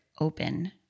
open